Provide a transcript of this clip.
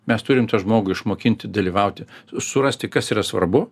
mes turim tą žmogų išmokinti dalyvauti surasti kas yra svarbu